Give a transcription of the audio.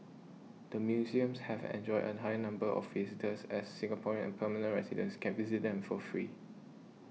the museums have enjoyed a higher number of visitors as Singaporeans and permanent residents can visit them for free